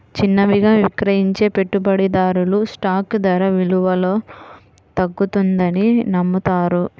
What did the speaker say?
చిన్నవిగా విక్రయించే పెట్టుబడిదారులు స్టాక్ ధర విలువలో తగ్గుతుందని నమ్ముతారు